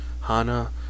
Hana